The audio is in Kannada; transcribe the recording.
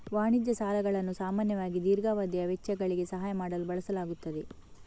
ವಾಣಿಜ್ಯ ಸಾಲಗಳನ್ನು ಸಾಮಾನ್ಯವಾಗಿ ದೀರ್ಘಾವಧಿಯ ವೆಚ್ಚಗಳಿಗೆ ಸಹಾಯ ಮಾಡಲು ಬಳಸಲಾಗುತ್ತದೆ